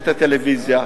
יש טלוויזיה,